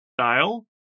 style